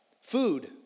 food